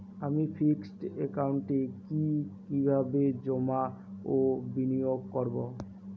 আমি ফিক্সড একাউন্টে কি কিভাবে জমা ও বিনিয়োগ করব?